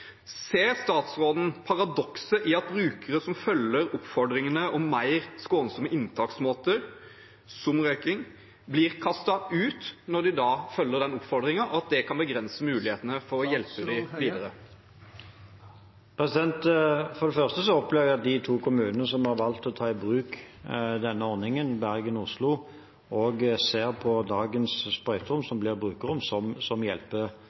Ser statsråden paradokset i at brukere som følger oppfordringen om mer skånsomme inntaksmåter, som røyking, blir kastet ut når de da følger den oppfordringen, og at det kan begrense mulighetene for å hjelpe dem videre? For det første opplever jeg at de to kommunene som har valgt å ta i bruk denne ordningen, Bergen og Oslo, også ser på dagens sprøyterom, som blir brukerrom, som